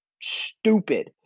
stupid